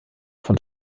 von